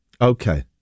Okay